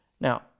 Now